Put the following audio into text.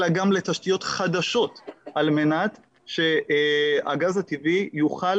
אלא גם לתשתיות חדשות על מנת שהגז הטבעי יוכל